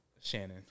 Shannon